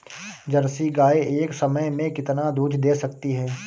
Jersey गाय एक समय में कितना दूध दे सकती है?